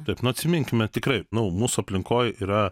taip nu atsiminkime tikrai nu mūsų aplinkoj yra